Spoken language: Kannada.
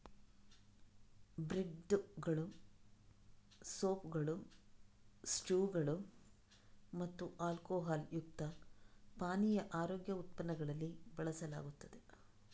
ಬ್ರೆಡ್ದುಗಳು, ಸೂಪ್ಗಳು, ಸ್ಟ್ಯೂಗಳು ಮತ್ತು ಆಲ್ಕೊಹಾಲ್ ಯುಕ್ತ ಪಾನೀಯ ಆರೋಗ್ಯ ಉತ್ಪನ್ನಗಳಲ್ಲಿ ಬಳಸಲಾಗುತ್ತದೆ